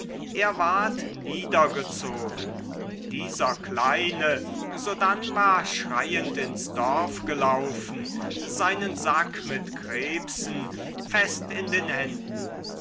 er ward niedergezogen dieser kleine sodann war schreiend ins dorf gelaufen seinen sack mit krebsen fest in den händen